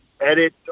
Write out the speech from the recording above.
edit